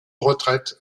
retraite